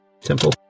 temple